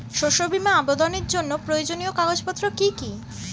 শস্য বীমা আবেদনের জন্য প্রয়োজনীয় কাগজপত্র কি কি?